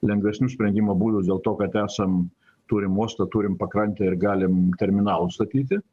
lengvesnių sprendimo būdų dėl to kad esam turim uostą turim pakrantę ir galim terminalus statyti